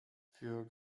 für